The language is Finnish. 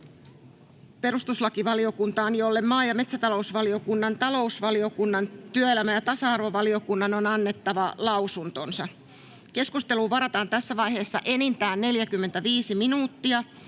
perustuslakivaliokuntaan, jolle maa- ja metsätalousvaliokunnan, talousvaliokunnan ja työelämä- ja tasa-arvovaliokunnan on annettava lausunto. Keskusteluun varataan tässä vaiheessa enintään 45 minuuttia.